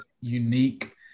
unique